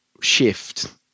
shift